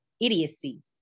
idiocy